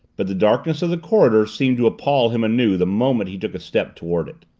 but the darkness of the corridor seemed to appall him anew the moment he took a step toward it.